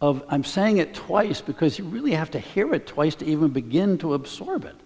of i'm saying it twice because you really have to hear it twice to even begin to absorb it